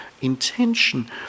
intention